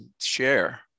share